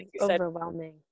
overwhelming